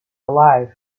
alive